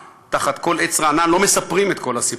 תחת כל עץ רענן לא מספרים את כל הסיפור.